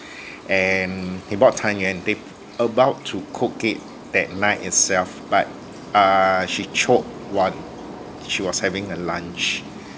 and he bought tang yuan they about to cook it that night itself but err she choke while she was having her lunch